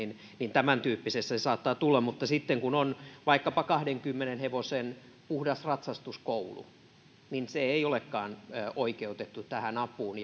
tämäntyyppisessä se saattaa tulla mutta sitten kun on vaikkapa kahdenkymmenen hevosen puhdas ratsastuskoulu se ei olekaan oikeutettu tähän apuun